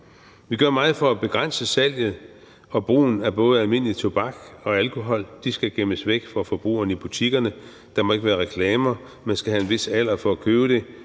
Vi gør meget for at begrænse salget og brugen af både almindelig tobak og alkohol. Det skal gemmes væk for forbrugerne i butikkerne, der må ikke være reklamer, man skal have en vis alder for at købe det